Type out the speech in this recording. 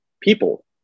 people